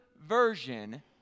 version